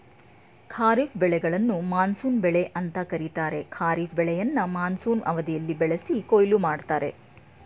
ಖಾರಿಫ್ ಬೆಳೆಗಳನ್ನು ಮಾನ್ಸೂನ್ ಬೆಳೆ ಅಂತ ಕರೀತಾರೆ ಖಾರಿಫ್ ಬೆಳೆಯನ್ನ ಮಾನ್ಸೂನ್ ಅವಧಿಯಲ್ಲಿ ಬೆಳೆಸಿ ಕೊಯ್ಲು ಮಾಡ್ತರೆ